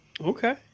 Okay